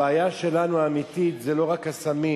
הבעיה האמיתית שלנו זה לא רק הסמים,